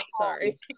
Sorry